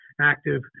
active